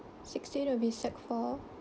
sixteen will be sec four